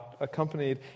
accompanied